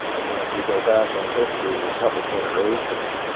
and if you go back in history a couple generations,